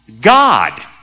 God